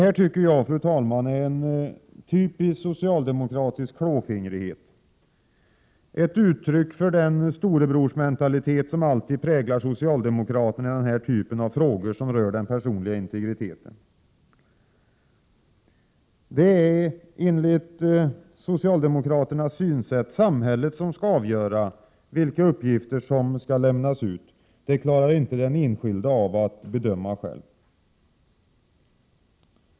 Detta tycker jag är en typisk socialdemokratisk klåfingrighet, ett uttryck för den storebrorsmentalitet som alltid präglar socialdemokraterna i denna typ av frågor som berör den personliga integriteten. Det är, enligt socialdemokraternas synsätt, samhället som skall avgöra vilka uppgifter som skall lämnas ut — det klarar inte den enskilde av att bedöma själv.